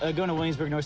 ah going to williamsburg.